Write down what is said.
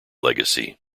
legacy